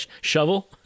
shovel